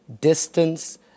distance